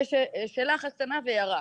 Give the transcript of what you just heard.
שאלה אחת קטנה והערה.